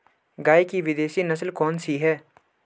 गाय की विदेशी नस्ल कौन सी है?